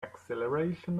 acceleration